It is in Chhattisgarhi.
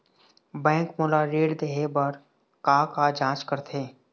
बैंक मोला ऋण देहे बार का का जांच करथे?